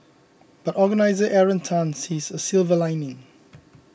but organiser Aaron Tan sees a silver lining